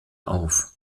auf